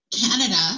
Canada